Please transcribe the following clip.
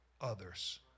others